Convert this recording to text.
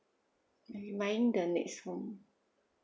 we buying the next home